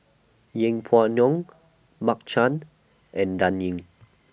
Yeng Pway Ngon Mark Chan and Dan Ying